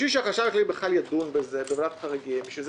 בשביל שהחשב הכללי בכלל ידון בזה בוועדת החריגים ולזה